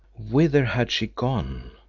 whither had she gone?